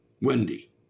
Wendy